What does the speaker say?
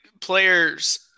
players